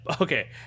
Okay